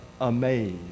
amazed